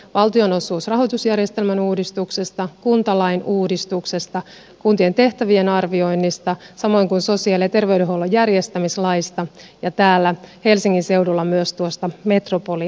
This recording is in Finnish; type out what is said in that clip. valtionosuusrahoitusjärjestelmän uudistuksesta kuntalain uudistuksesta kuntien tehtävien arvioinnista samoin kuin sosiaali ja terveydenhuollon järjestämislaista ja täällä helsingin seudulla myös tuosta metropoliratkaisusta